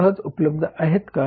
हे सहज उपलब्ध आहेत का